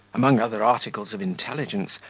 among other articles of intelligence,